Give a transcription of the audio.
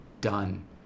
done